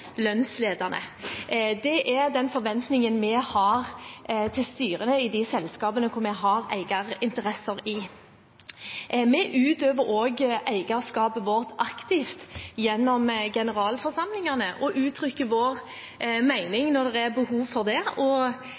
Det er den forventningen vi har til styret i de selskapene hvor vi har eierinteresser. Vi utøver også eierskapet vårt aktivt gjennom generalforsamlingene, og uttrykker vår mening når det er behov for det.